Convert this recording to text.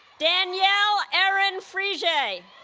danielle erin fregia